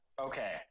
Okay